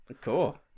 Cool